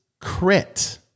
crit